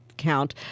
count